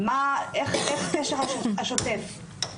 איך הקשר השוטף.